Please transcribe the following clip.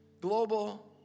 global